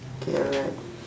okay alright